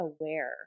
aware